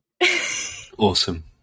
Awesome